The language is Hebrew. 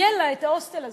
יהיה לה את ההוסטל הזה.